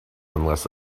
unless